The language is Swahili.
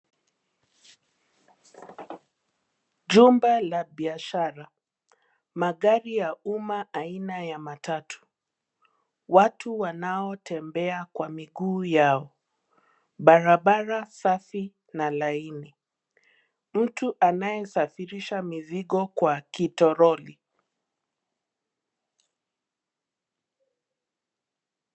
Jumba la biashara. Magari ya uma aina ya matatu. Watu wanao tembea kwa miguu yao. Barabara safi na laini. Mtu anaesafasirisha mzigo kwa kitoroli.